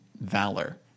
valor